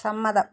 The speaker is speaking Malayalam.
സമ്മതം